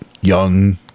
young